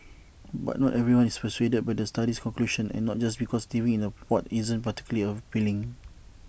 but not everyone is persuaded by the study's conclusion and not just because living in A pod isn't particularly appealing